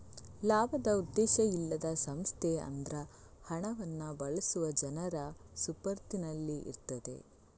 ಲಾಭದ ಉದ್ದೇಶ ಇಲ್ಲದ ಸಂಸ್ಥೆ ಅದ್ರ ಹಣವನ್ನ ಬಳಸುವ ಜನರ ಸುಪರ್ದಿನಲ್ಲಿ ಇರ್ತದೆ